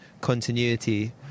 continuity